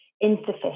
insufficient